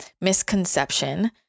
misconception